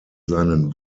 seinen